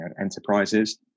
enterprises